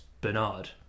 Bernard